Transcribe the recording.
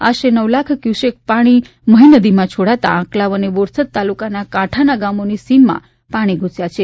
આશરે નવ લાખ ક્યુસેક પાણી મહી નદીમાં છોડાતા આંકલાવ અને બોરસદ તાલુકાના કાંઠાના ગામોની સીમમાં પાણી ધૂસ્યા હતા